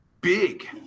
big